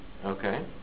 Okay